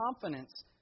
confidence